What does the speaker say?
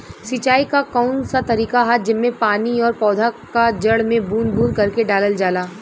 सिंचाई क कउन सा तरीका ह जेम्मे पानी और पौधा क जड़ में बूंद बूंद करके डालल जाला?